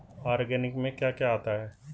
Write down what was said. Organic में क्या क्या आता है?